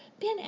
Ben